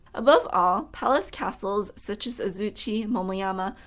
above all, palace-castles such as azuchi, momoyama,